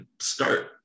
start